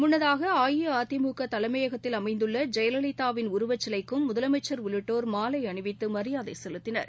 முன்னதாகஅஇஅதிமுகதலைமையகத்தில் அமைந்துள்ளஜெயலலிதாவின் உருவச்சிலைக்கும் முதலமைச்சர் உள்ளிட்டோர் மாலைஅணிவித்தமரியாதைசெலுத்தினர்